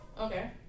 Okay